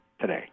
today